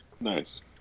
Nice